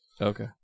Okay